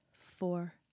four